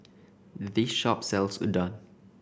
this shop sells Udon